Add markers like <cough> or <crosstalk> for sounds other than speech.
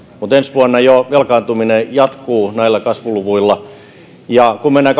mutta jo ensi vuonna velkaantuminen jatkuu näillä kasvuluvuilla kun mennään <unintelligible>